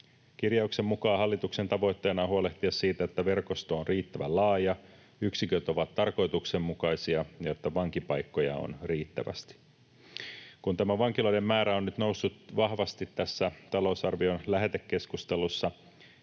Kirjauksen mukaan hallituksen tavoitteena on huolehtia siitä, että verkosto on riittävän laaja, yksiköt ovat tarkoituksenmukaisia ja että vankipaikkoja on riittävästi. Kun tämä vankiloiden määrä on nyt noussut vahvasti tässä talousarvion lähetekeskustelussa,